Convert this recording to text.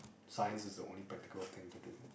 science is the only practical thing to do